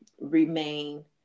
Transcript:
remain